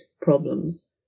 problems